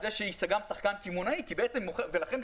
על זה שהיא גם שחקן קמעונאי ולכן גם